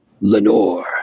Lenore